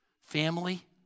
family